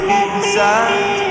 inside